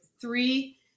three